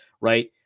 right